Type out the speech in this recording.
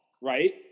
right